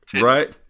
right